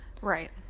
right